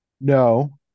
No